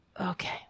okay